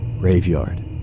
graveyard